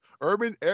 Urban